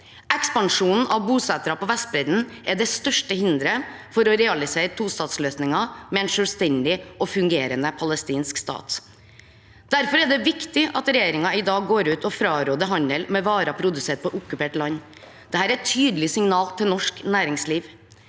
Ekspansjonen av bosettere på Vestbredden er det største hinderet for å realisere tostatsløsningen med en selvstendig og fungerende palestinsk stat. Derfor er det viktig at regjeringen i dag går ut og fraråder handel med varer produsert på okkupert land. Dette er et tydelig signal til norsk næringsliv,